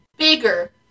bigger